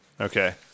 Okay